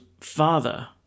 Father